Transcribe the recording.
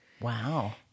Wow